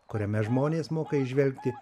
kuriame žmonės moka įžvelgti